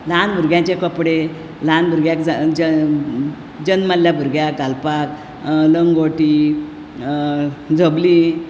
ल्हान भुरग्यांनचे कपडे ल्हान भुरग्यांक ज ज जल्मल्ल्या भुरग्याक घालपाक लंगोटी झबलीं